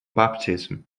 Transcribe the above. baptism